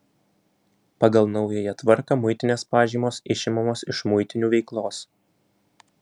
pagal naująją tvarką muitinės pažymos išimamos iš muitinių veiklos